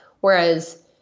Whereas